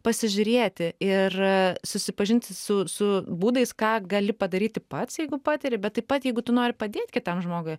pasižiūrėti ir susipažinti su su būdais ką gali padaryti pats jeigu patiri bet taip pat jeigu tu nori padėt kitam žmogui